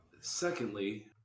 Secondly